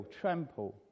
trample